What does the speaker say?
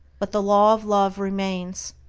but the law of love remains.